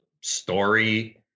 story